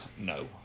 no